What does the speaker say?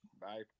Bye